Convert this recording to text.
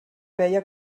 veia